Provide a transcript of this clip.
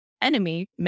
enemy